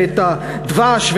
ואת הדבש,